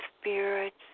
spirits